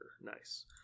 nice